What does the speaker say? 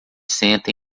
senta